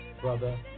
Brother